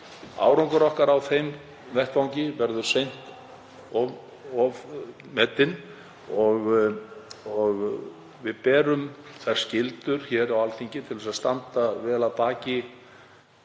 Árangur okkar á þeim vettvangi verður seint ofmetinn og við berum þær skyldur hér á Alþingi að standa vel að baki